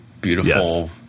beautiful